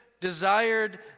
desired